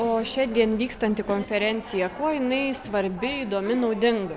o šiandien vykstanti konferencija kuo jinai svarbi įdomi naudinga